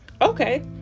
Okay